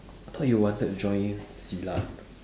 I thought you wanted to join silat